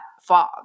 fog